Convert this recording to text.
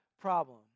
problem